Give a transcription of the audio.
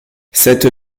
cette